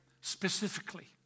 specifically